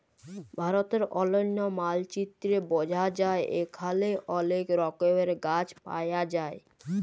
ভারতের অলন্য মালচিত্রে বঝা যায় এখালে অলেক রকমের গাছ পায়া যায়